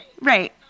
Right